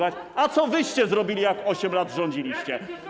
A co wyście zrobili, jak 8 lat rządziliście?